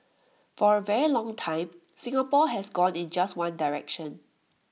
for A very long time Singapore has gone in just one direction